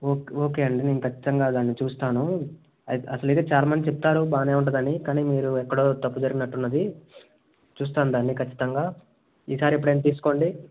okay okay అండి నేను ఖచ్చితంగా దాన్ని చూస్తాను అయితే అసలైతే చాలా మంది చెప్తారు బాగానే ఉంటుందని కానీ మీరెక్కడో తప్పు జరిగినట్టున్నది చూస్తాను దాన్ని కచ్చితంగా ఈసారి ఎప్పుడైనా తీసుకోండి